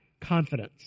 Confidence